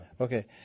Okay